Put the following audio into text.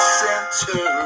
center